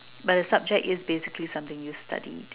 but the subject is basically something you've studied